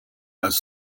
als